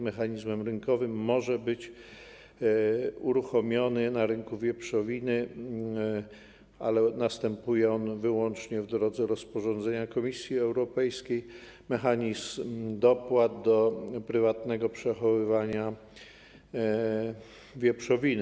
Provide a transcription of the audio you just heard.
Mechanizmem rynkowym, jaki może być uruchomiony na rynku wieprzowiny, ale następuje on wyłącznie w drodze rozporządzenia Komisji Europejskiej, jest mechanizm dopłat to prywatnego przechowywania wieprzowiny.